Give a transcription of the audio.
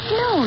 no